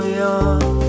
young